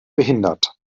behindert